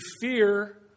fear